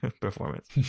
performance